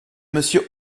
monsieur